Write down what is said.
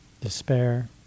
despair